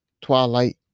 Twilight